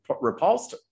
repulsed